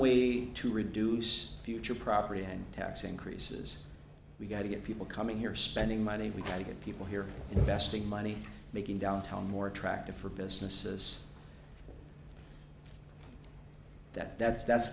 we to reduce future property tax increases we've got to get people coming here spending money we can get people here investing money making downtown more attractive for businesses that that's that's